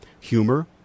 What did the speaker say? humor